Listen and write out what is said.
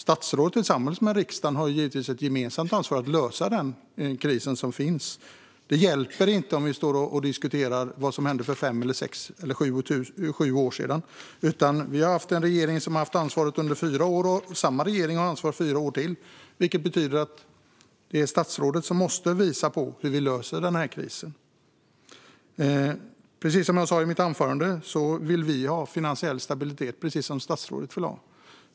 Statsrådet och riksdagen har naturligtvis ett gemensamt ansvar att lösa den kris som finns. Det hjälper inte om vi står och diskuterar vad som hände för fem, sex eller sju år sedan. Vi har haft en regering som har haft ansvaret under fyra år, och samma regering har ansvar fyra år till. Det betyder att det är statsrådet som måste visa hur vi löser denna kris. Som jag sa i mitt anförande vill vi, precis som statsrådet, ha finansiell stabilitet.